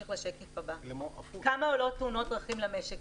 (שקף: כמה עולות תאונות דרכים למדינה?) כמה עולות תאונות דרכים למשק?